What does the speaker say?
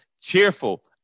cheerful